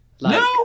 No